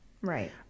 right